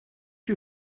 you